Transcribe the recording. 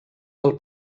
del